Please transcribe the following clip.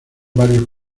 varios